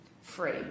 free